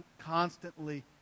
constantly